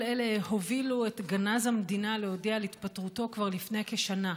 כל אלה הובילו את גנז המדינה להודיע על התפטרותו כבר לפני כשנה,